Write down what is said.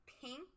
pink